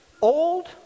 old